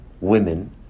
women